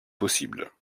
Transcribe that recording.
possible